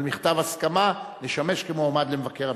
מכתב הסכמה לשמש כמועמד למבקר המדינה.